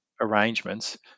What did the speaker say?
arrangements